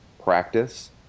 practice